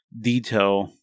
detail